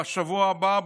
בשבוע הבא,